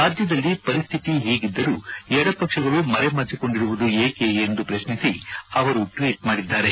ರಾಜ್ಯದಲ್ಲಿ ಪರಿಸ್ಥಿತಿ ಹೀಗಿದ್ದರೂ ಎಡಪಕ್ಷಗಳು ಮರೆಮಾಚಿಕೊಂಡಿರುವುದು ಏಕೆ ಎಂದು ಪ್ರತ್ನಿಸಿ ಅವರು ಟ್ಟೀಟ್ ಮಾಡಿದ್ದಾರೆ